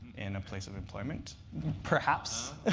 in a place of employment perhaps,